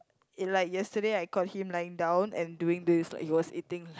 it like yesterday I caught him lying down and doing this like he was eating